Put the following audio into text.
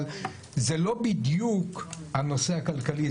אבל זה לא בדיוק הנושא הכלכלי.